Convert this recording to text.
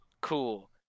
Cool